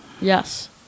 Yes